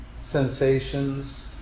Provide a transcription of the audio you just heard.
sensations